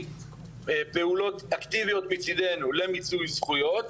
פעולות אקטיביות מצידנו למיצוי זכויות,